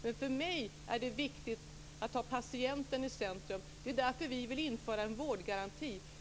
Men för mig är det viktigt att sätta patienten i centrum. Det är därför som vi vill införa en vårdgaranti.